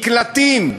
מקלטים,